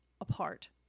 apart